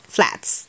Flats